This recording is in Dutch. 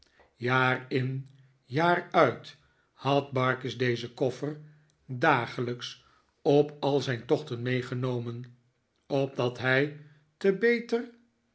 jaar in jaar uit had barkis dezen koffer dagelijks op al zijntochten meegenomen opdat hij te beter